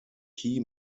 key